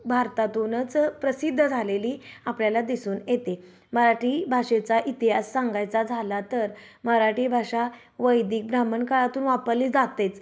भारतातूनच प्रसिद्ध झालेली आपल्याला दिसून येते मराठी भाषेचा इतिहास सांगायचा झाला तर मराठी भाषा वैदिक ब्राह्मण काळातून वापरली जातेच